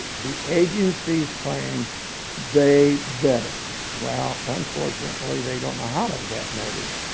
the agencies claim they vetted. well, unfortunately, they don't know how to vet maybe,